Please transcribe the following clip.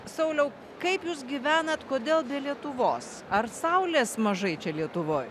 sauliau kaip jūs gyvenat kodėl be lietuvos ar saulės mažai čia lietuvoj